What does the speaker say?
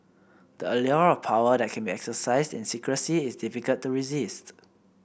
the allure of power that can be exercised in secrecy is difficult to resist